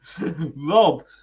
Rob